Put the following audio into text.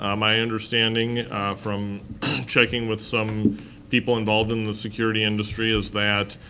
um my understanding from checking with some people involved in the security industry is that